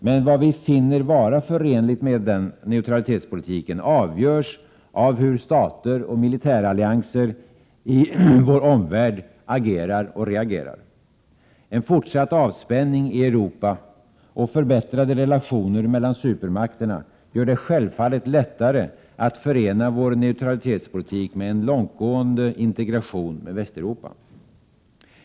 Men vad vi finner vara förenligt med den neutralitetspolitiken avgörs av hur stater och militärallianser i vår omvärld agerar och reagerar. En fortsatt avspänning i Europa och förbättrade relationer mellan supermakterna gör det självfallet lättare att förena vår neutralitetspolitik med en långtgående integration med Västeuropa.